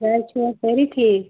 گرِ چھِوا سٲری ٹھیٖک